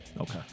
Okay